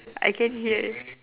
I can hear